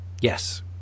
Yes